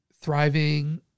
thriving